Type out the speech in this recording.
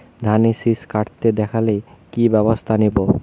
ধানের শিষ কাটতে দেখালে কি ব্যবস্থা নেব?